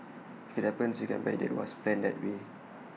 if IT happens you can bet IT was planned that way